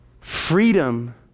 Freedom